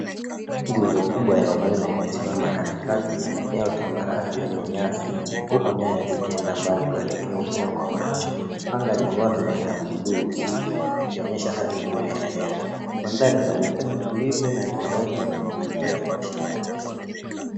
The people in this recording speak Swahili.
Nguzo kubwa ya umeme imesimama katikati ya eneo tambarare lenye nyasi huku nyaya zikienda mbali kuelekea upeo wa macho. Anga ni wazi na ya buluu safi ikionyesha hali nzuri ya hewa. Mandhari inaonekana tulivu na ni kawaida kwenye maeneo ya mashambani Kenya.